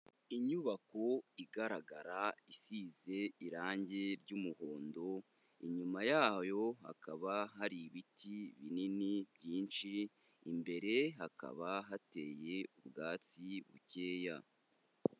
Inyubako igaragara isize irangi ry'umuhondo, inyuma yayo hakaba hari ibiti binini byinshi, imbere hakaba hateye ubwatsi bukeya.